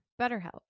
BetterHelp